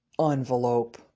Envelope